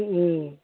ओं